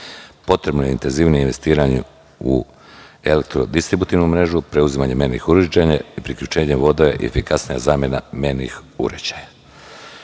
Potrebno je intenzivnije investiranje u elektro-distributivnu mrežu, preuzimanje mernih uređaja, priključenje voda i efikasna zamena mernih